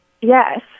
Yes